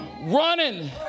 running